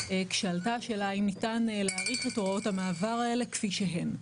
כשעלתה השאלה האם ניתן להאריך את הוראות המעבר האלה כפי שהן.